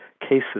cases